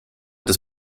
des